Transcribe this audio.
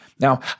Now